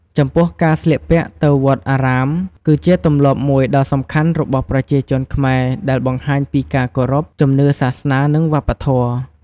ចំពោះការស្លៀកពាក់ទៅវត្តអារាម គឺជាទម្លាប់មួយដ៏សំខាន់របស់ប្រជាជនខ្មែរដែលបង្ហាញពីការគោរព ជំនឿសាសនា និងវប្បធម៌។